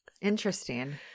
Interesting